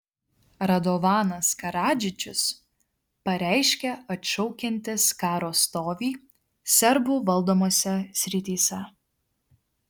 radovanas karadžičius pareiškė atšaukiantis karo stovį serbų valdomose srityse